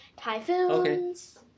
typhoons